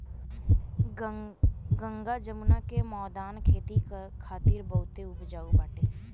गंगा जमुना के मौदान खेती करे खातिर बहुते उपजाऊ बाटे